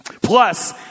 Plus